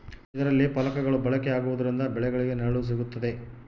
ಇದರಲ್ಲಿ ಫಲಕಗಳು ಬಳಕೆ ಆಗುವುದರಿಂದ ಬೆಳೆಗಳಿಗೆ ನೆರಳು ಸಿಗುತ್ತದೆ